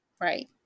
Right